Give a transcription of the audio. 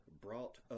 brought